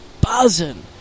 buzzing